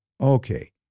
Okay